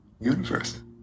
universe